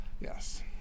yes